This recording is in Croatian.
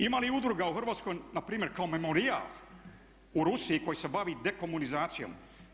Ima li udruga u Hrvatskoj npr. kao Memorijal u Rusiji koji se bavi dekomunizacijom?